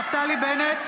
נפתלי בנט,